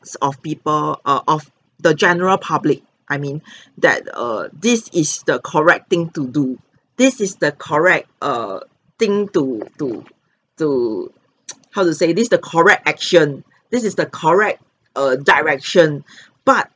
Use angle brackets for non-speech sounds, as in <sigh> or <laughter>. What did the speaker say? of people err of the general public I mean <breath> that err this is the correct thing to do this is the correct err thing to to to <noise> how to say this the correct action <breath> this is the correct err direction <breath> but